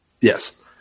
yes